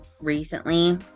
recently